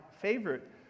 favorite